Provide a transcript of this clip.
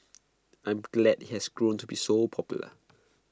I am glad IT has grown to be so popular